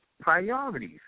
priorities